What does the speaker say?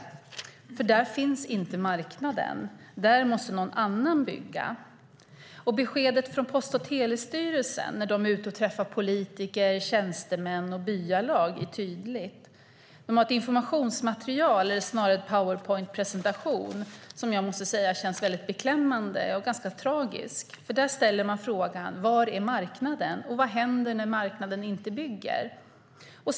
Där finns nämligen inte marknaden. Där måste någon annan bygga. När Post och telestyrelsen är ute och träffar politiker, tjänstemän och byalag är beskedet tydligt. Man har ett informationsmaterial, eller snarare en powerpointpresentation, som jag tycker känns beklämmande och tragisk. Där ställer man frågan: Var är marknaden, och vad händer när marknaden inte bygger?